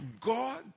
God